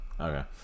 okay